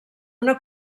una